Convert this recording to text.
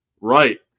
Right